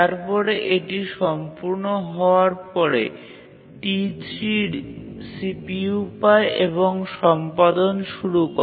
তারপরে এটি সম্পূর্ণ হওয়ার পরে T3 CPU পায় এবং সম্পাদন করা শুরু করে